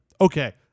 Okay